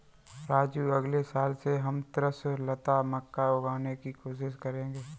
राजू अगले साल से हम त्रिशुलता मक्का उगाने की कोशिश करेंगे